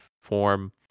form